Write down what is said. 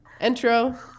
intro